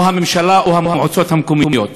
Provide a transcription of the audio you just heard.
או הממשלה או המועצות המקומיות.